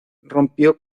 rompió